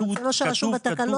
אתה רוצה מה שרשום בתקנות,